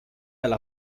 alla